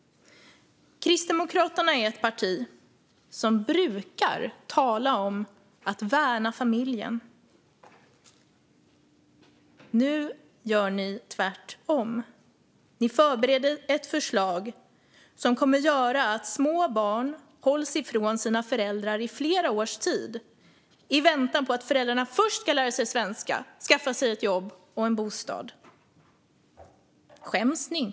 Kristdemokraterna är ett parti som brukar tala om att värna familjen. Nu gör ni tvärtom. Ni förbereder ett förslag som kommer att göra att små barn hålls ifrån sina föräldrar i flera år i väntan på att föräldrarna först ska lära sig svenska och skaffa sig ett jobb och en bostad. Skäms ni inte?